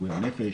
פגועי נפש,